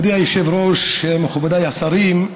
מכובדי היושב-ראש, מכובדיי השרים,